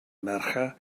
mercher